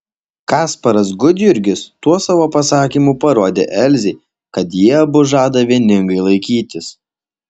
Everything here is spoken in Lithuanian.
kasparas gudjurgis tuo savo pasakymu parodė elzei kad jie abu žada vieningai laikytis